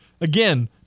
Again